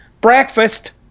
breakfast